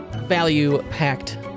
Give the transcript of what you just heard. value-packed